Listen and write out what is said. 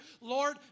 Lord